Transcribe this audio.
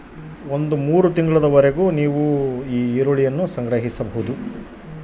ನನ್ನ ಈರುಳ್ಳಿ ಉತ್ಪನ್ನವು ಕ್ಷೇಣಿಸುವ ಮೊದಲು ಮನೆಯಲ್ಲಿ ಎಷ್ಟು ಸಮಯದವರೆಗೆ ಸಂಗ್ರಹಿಸುವುದು ಸೂಕ್ತ?